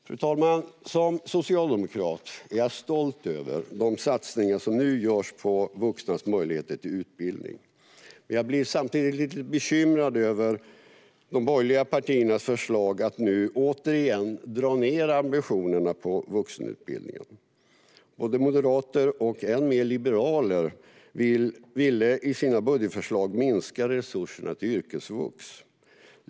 Fru talman! Som socialdemokrat är jag stolt över de satsningar som nu görs på vuxnas möjligheter till utbildning. Jag blir samtidigt lite bekymrad över de borgerliga partiernas förslag på att återigen dra ned ambitionerna för vuxenutbildningen. Moderater och än mer liberaler ville i sina budgetförslag minska resurserna till yrkesvux.